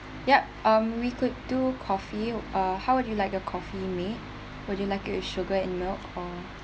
ya um we could do coffee uh how would you like your coffee made would you like it with sugar and milk or